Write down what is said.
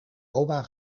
oma